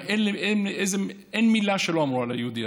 אין מילה שלא אמרו על היהודי הזה,